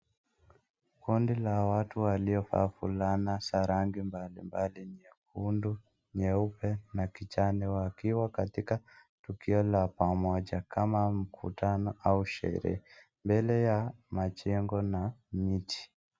Kundi la watu ambao waliovaa fulana za rangi mbalimbali , nyekundu, nyeupe na kijani wakiwa katika tukio la pamoja kama mkutano au sherehe , mbele yao majengo na miti